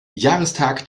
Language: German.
jahrestag